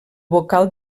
vocal